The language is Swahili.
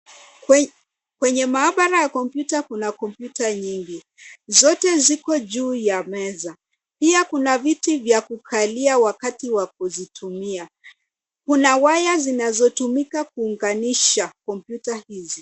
Kwenye maabara ya kompyuta kuna kompyuta nyingi. Zote ziko juu ya meza. Pia kina viti za kukalia wakati wa kuzitumia. Kuna waya zinazotumika kuunganisha kompyuta hizi.